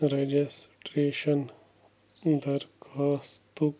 registration درخواستُک